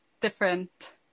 different